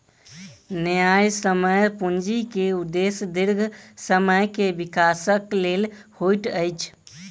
न्यायसम्य पूंजी के उदेश्य दीर्घ समय के विकासक लेल होइत अछि